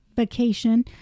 vacation